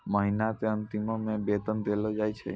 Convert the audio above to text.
महिना के अंतिमो मे वेतन देलो जाय छै